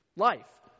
life